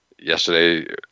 yesterday